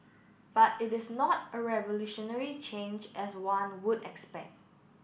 but it is not a revolutionary change as one would expect